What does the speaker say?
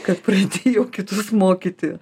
kad pradėjau kitus mokyti